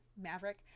Maverick